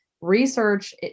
research